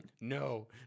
no